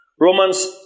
romans